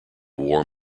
war